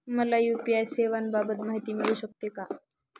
मला यू.पी.आय सेवांबाबत माहिती मिळू शकते का?